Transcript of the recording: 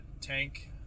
tank